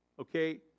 okay